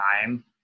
time